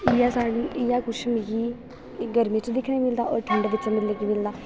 इ'यै साढ़ी इ'यै कुछ गर्मी च दिक्खने गी मिलदा होर ठंड बिच्च बी दिक्खने गी मिलदा